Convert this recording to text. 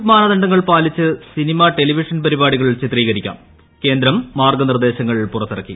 Covid മാനദണ്ഡങ്ങൾ പാലിച്ച് cinema television പരിപാടികൾ ചിത്രീകരിക്കാം ക്യേന്ദ്രം മാർഗ്ഗ നിർദ്ദേശങ്ങൾ പുറത്തിറക്കി